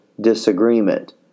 disagreement